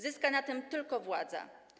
Zyska na tym tylko władza.